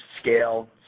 scale